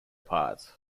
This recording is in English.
parts